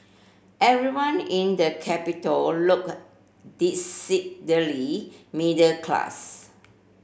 everyone in the capital looked decidedly middle class